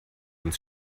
uns